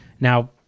now